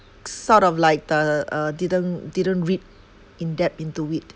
sort of like the uh didn't didn't read in depth into it